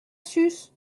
suce